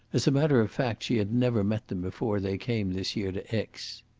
as a matter of fact, she had never met them before they came this year to aix.